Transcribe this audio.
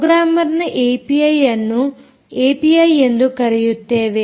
ಪ್ರೋಗ್ರಾಮರ್ನ ಏಪಿಐಯನ್ನು ಏಪಿಐ ಎಂದು ಕರೆಯುತ್ತೇವೆ